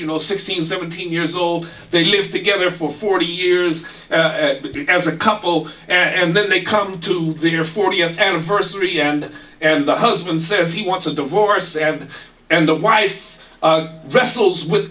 you know sixteen seventeen years old they lived together for forty years as a couple and then they come to your fortieth anniversary and and the husband says he wants a divorce and and the wife wrestles w